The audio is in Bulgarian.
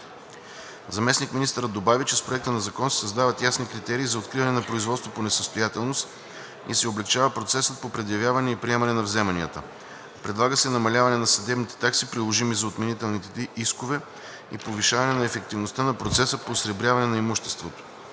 Заместник-министърът добави, че с Проекта на закон се създават ясни критерии за откриване на производство по несъстоятелност и се облекчава процесът по предявяване и приемане на вземанията. Предлага се намаляване на съдебните такси, приложими за отменителните искове и повишаване на ефективността на процеса по осребряване на имуществото.